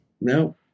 no